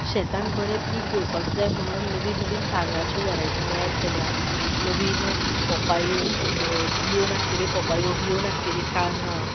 शेतान बरें पीक येवपाक जाय म्हणून नवीन नवीन तांदळाच्यो वरायटी तयार केल्या नवीन पोपायो बिंयो नासलेल्यो पोपायो बियों नासलेलीं काळंगां